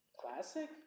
Classic